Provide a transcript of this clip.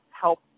help